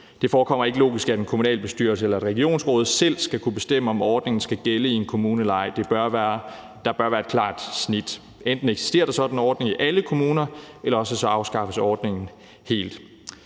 Det forekommer ikke logisk, at en kommunalbestyrelse eller et regionsråd selv skal kunne bestemme, om ordningen skal gælde i en kommune eller ej. Der bør være et klart snit. Enten eksisterer der sådan en ordning i alle kommuner, eller også afskaffes ordningen helt.